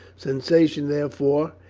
sensation, therefore,